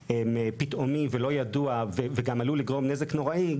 פתאומי ולא ידוע וגם עלול לגרום נזק נוראי,